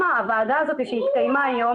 גם הוועדה הזו שמתקיימת היום,